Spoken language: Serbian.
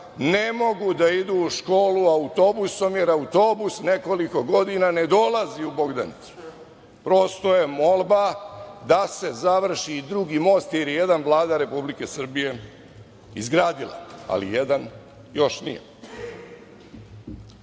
ne mogu da idu u školu autobusom, jer autobus nekoliko godina ne dolazi u Bogdanicu. Prosto je molba da se završi drugi most, jer je jedan Vlada Republike Srbije izgradila, ali jedan još nije. Ono